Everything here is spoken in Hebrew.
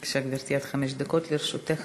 בבקשה, גברתי, עד חמש דקות לרשותך.